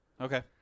okay